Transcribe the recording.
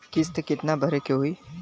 किस्त कितना भरे के होइ?